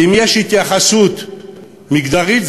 ואם יש התייחסות מגדרית,